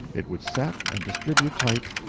it would set and distribute type,